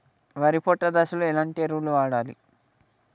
వరి పొట్ట దశలో ఎలాంటి ఎరువును వాడాలి?